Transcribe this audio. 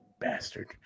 bastard